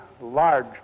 large